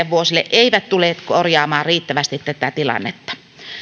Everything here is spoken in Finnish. seuraaville vuosille eivät tule korjaamaan riittävästi tätä tilannetta